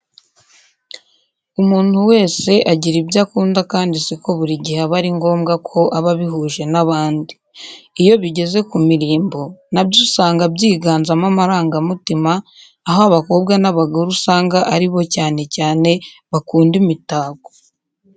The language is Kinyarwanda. Umuntu wese agira ibyo akunda kandi si ko buri gihe aba ari ngombwa ko aba abihuje n'abandi. Iyo bigeze ku mirimbo, na byo usanga byiganzamo amarangamutima, aho abakobwa n'abagore usanga ari bo cyane cyane bakunda imitako.